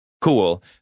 cool